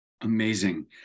amazing